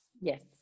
Yes